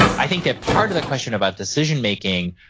i think that part of the question about decision making,